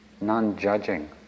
non-judging